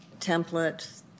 template